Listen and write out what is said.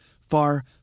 Far